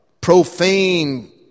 profane